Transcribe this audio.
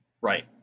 right